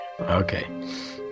Okay